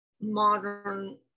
modern